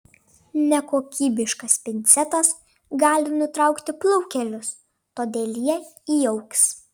nekokybiškas pincetas gali nutraukti plaukelius todėl jie įaugs